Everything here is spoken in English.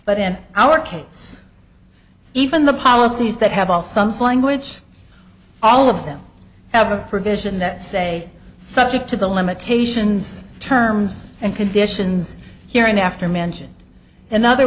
but in our case even the policies that have all sums language all of them have a provision that say subject to the limitations terms and conditions here and after mention in other